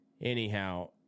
anyhow